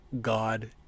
God